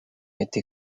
été